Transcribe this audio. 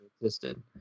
existed